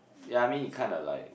ya I mean it kinda like